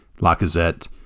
Lacazette